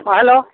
hello